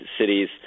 cities